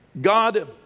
God